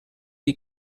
die